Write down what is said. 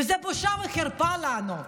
וזאת בושה וחרפה לנו.